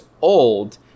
old